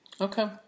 Okay